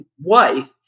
wife